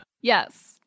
Yes